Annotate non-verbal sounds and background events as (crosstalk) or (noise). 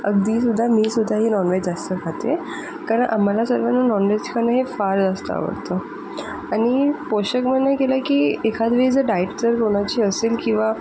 अगदी सुद्धा मी सुद्धा ही नॉनव्हेज जास्त खाते कारण आम्हाला सर्वांना नॉनव्हेज खाणे हे फार जास्त आवडतं आणि पोषक (unintelligible) केलं की एखादी वेळेस जर डाएट जर कोणाची असेल किवा